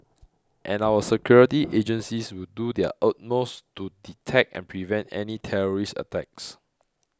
and our security agencies will do their utmost to detect and prevent any terrorist attacks